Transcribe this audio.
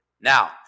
Now